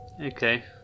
Okay